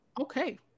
Okay